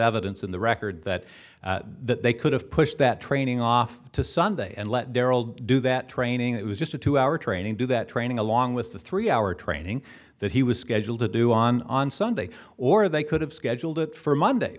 evidence in the record that they could have pushed that training off to sunday and let daryl do that training it was just a two hour training to that training along with the three hour training that he was scheduled to do on on sunday or they could have scheduled it for monday